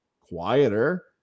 quieter